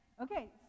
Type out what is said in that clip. Okay